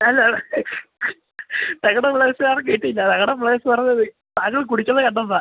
അല്ല ഞങ്ങളുടെ പ്ലെയേഴ്സുകാർക്ക് കിട്ടിയില്ല ഞങ്ങളുടെ പ്ലെയേഴ്സ് പറഞ്ഞത് ആരോ കുടിച്ചത് കണ്ടെന്നാണ്